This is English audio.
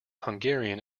hungarian